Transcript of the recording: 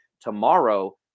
tomorrow